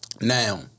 Now